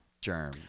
germ